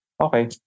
Okay